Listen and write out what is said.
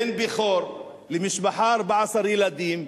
בן בכור למשפחה של 14 ילדים,